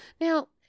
Now